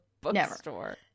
bookstore